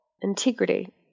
integrity